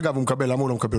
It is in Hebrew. הוא מקבל המון.